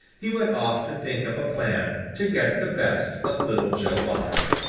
he went off to think up a plan to get the best of little joe otter.